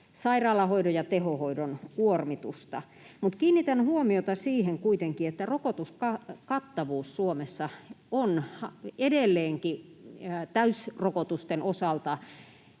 sairaalahoidon ja tehohoidon kuormitusta. Mutta kiinnitän huomiota kuitenkin siihen, että rokotuskattavuus Suomessa on edelleenkin täysrokotusten osalta